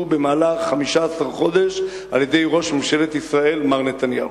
במהלך 15 חודש על-ידי ראש ממשלת ישראל מר נתניהו.